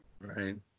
Right